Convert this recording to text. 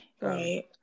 Right